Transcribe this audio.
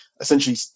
essentially